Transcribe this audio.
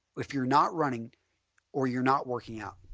if you are not running or you are not working out,